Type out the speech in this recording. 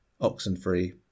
oxen-free